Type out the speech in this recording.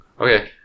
okay